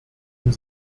und